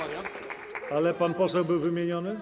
Ale pan poseł był wymieniony?